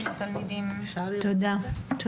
תודה רבה.